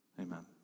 Amen